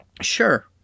Sure